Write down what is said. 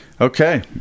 Okay